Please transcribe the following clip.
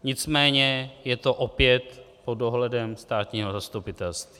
Nicméně je to opět pod dohledem státního zastupitelství.